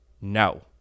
No